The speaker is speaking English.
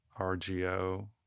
RGO